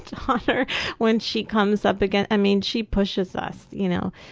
daughter when she comes up against, i mean, she pushes us, you know.